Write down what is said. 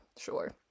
sure